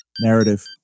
Narrative